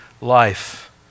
life